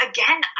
Again